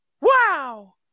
Wow